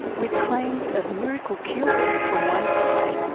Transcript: with claims of miracle cures on one side,